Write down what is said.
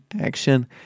action